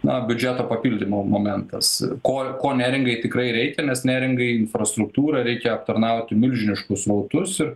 na biudžeto papildymo momentas ko ko neringai tikrai reikia nes neringai infrastruktūrą reikia aptarnauti milžiniškus srautus ir